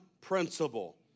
principle